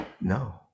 No